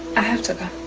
i have to